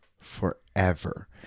Forever